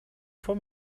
for